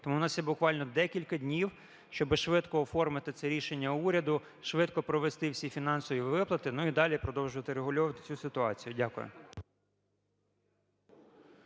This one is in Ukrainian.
тому в нас є буквально декілька днів, щоби швидко оформити це рішення уряду, швидко провести всі фінансові виплати ну і далі продовжити врегульовувати цю ситуацію. Дякую.